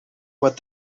what